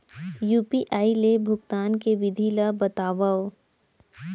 UPI ले भुगतान के विधि ला बतावव